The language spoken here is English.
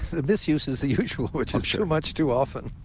the misuse is the usually which is too much, too often.